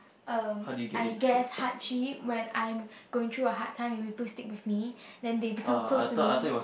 um I guess hardship when I'm going through a hard time and people stick with me then they become close to me